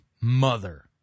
mother